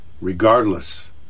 regardless